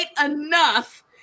enough